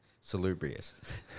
salubrious